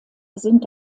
sind